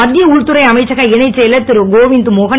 மத்திய உள்துறை அமைச்சக இணைச்செயலர் திருகோவிந்த் மோகன்